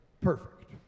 Perfect